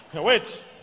Wait